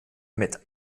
mit